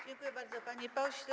Dziękuję bardzo, panie pośle.